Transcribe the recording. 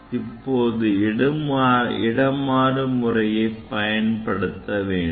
இப்போது நான் இடமாறு முறையை பயன்படுத்த வேண்டும்